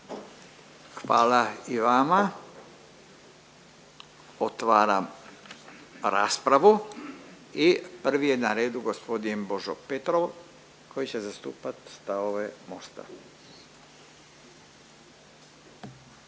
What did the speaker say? Hvala i vama. Otvaram raspravu i prvi je na redu g. Božo Petrov koji će zastupat stavove Mosta.